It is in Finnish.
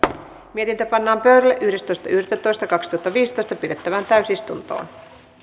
mietintö pannaan pöydälle yhdestoista yhdettätoista kaksituhattaviisitoista pidettävään täysistuntoon